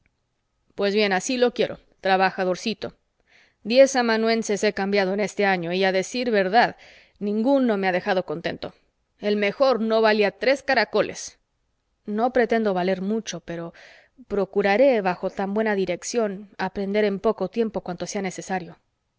pues bien así lo quiero trabajadorcito diez amanuenses he cambiado en este año y a decir verdad ninguno me ha dejado contento el mejor no valía tres caracoles no pretendo valer mucho pero procuraré bajo tan buena dirección aprender en poco tiempo cuanto sea necesario